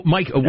Mike